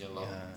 ah